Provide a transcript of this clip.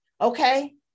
okay